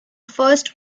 first